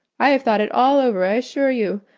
i have thought it all over i assure you,